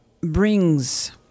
brings